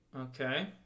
Okay